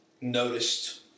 noticed